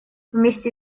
вместе